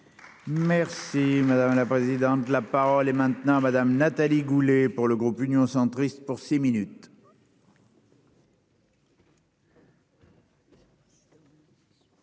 Merci madame la présidente de la parole est maintenant à madame. Nathalie Goulet pour le groupe Union centriste pour six minutes.